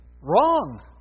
wrong